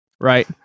right